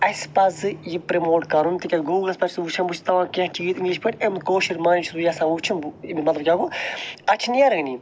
اَسہِ پَزِ یہِ پروموٹ کَرُن تکایز گوٗگلَس پیٚٹھ چھُس بہٕ وٕچھان کینٛہہ چیٖز اِنٛگلِش پٲٹھۍ امیُکۍ کٲشُر معنی چھُس بہٕ یَژھان وُچھُن مَطلَب کیاہ گوٚو اتہ چھُ نہٕ نیرٲنی